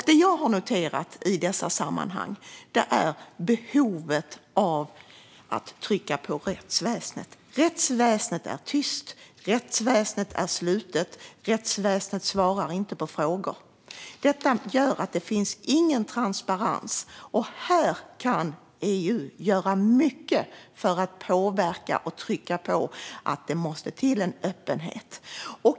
Det jag har noterat i dessa sammanhang är behovet av att trycka på rättsväsendet. Rättsväsendet är tyst. Rättsväsendet är slutet. Rättsväsendet svarar inte på frågor. Det gör att det inte finns någon transparens. Här kan EU göra mycket för att påverka och trycka på. Det måste till en öppenhet.